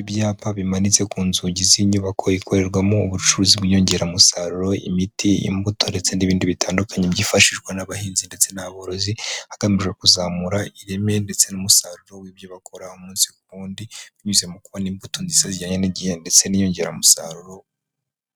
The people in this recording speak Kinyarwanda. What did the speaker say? Ibyapa bimanitse ku nzugi z'inyubako ikorerwamo ubucuruzi bw'inyongeramusaruro, imiti, imbuto, ndetse n'ibindi bitandukanye byifashishwa n'abahinzi ndetse n'aborozi, hagamijwe kuzamura ireme ndetse n'umusaruro w'ibyo bakora umunsi ku wundi, binyuze mu kubona imbuto ndetse zijyanye n'igihe, ndetse n'inyongeramusaruro